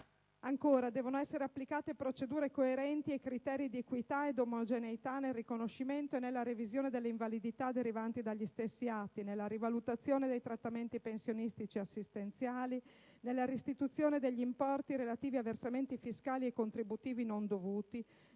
Ancora, devono essere applicate procedure coerenti e criteri di equità ed omogeneità nel riconoscimento e nella revisione delle invalidità derivanti dagli stessi atti, nella rivalutazione dei trattamenti pensionistici e assistenziali, nella restituzione degli importi relativi a versamenti fiscali e contributivi non dovuti,